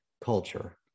culture